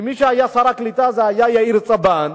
ומי שהיה שר הקליטה, זה היה יאיר צבן.